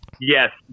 Yes